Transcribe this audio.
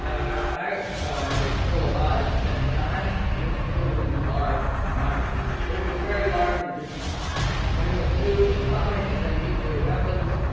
i was still alive at that time and it still looms large to my mind. it was very large in his mind and with new atomic and nuclear weapons,